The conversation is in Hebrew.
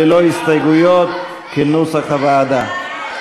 ללא הסתייגויות, כנוסח הוועדה.